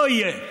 לא יהיה.